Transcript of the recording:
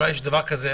אולי יש דבר כזה,